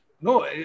No